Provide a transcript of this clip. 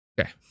Okay